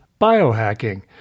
biohacking